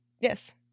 Yes